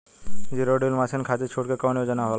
Zero डील machine खाती छूट के कवन योजना होला?